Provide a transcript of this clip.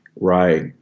right